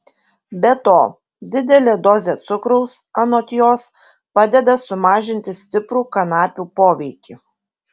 be to didelė dozė cukraus anot jos padeda sumažinti stiprų kanapių poveikį